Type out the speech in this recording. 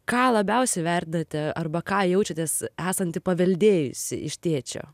ką labiausiai vertinate arba ką jaučiatės esanti paveldėjusi iš tėčio